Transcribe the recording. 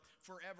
forever